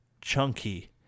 chunky